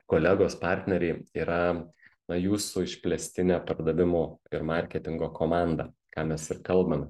kolegos partneriai yra na jūsų išplėstinė pardavimų ir marketingo komanda ką mes ir kalbame